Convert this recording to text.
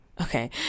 okay